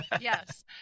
yes